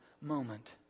moment